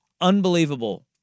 unbelievable